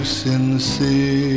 sincere